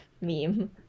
meme